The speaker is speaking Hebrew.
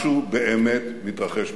משהו באמת מתרחש בירושלים.